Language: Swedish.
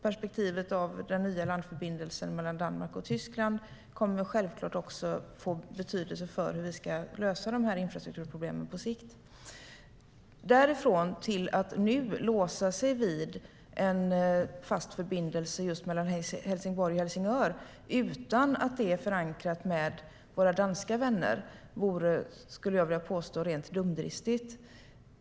Perspektivet med den nya landförbindelsen mellan Danmark och Tyskland kommer självklart också att få betydelse för hur vi ska lösa dessa infrastrukturproblem på sikt. Att nu låsa sig vid en fast förbindelse just mellan Helsingborg och Helsingör utan att det är förankrat med våra danska vänner vore, skulle jag vilja påstå, rent dumdristigt.